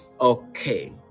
Okay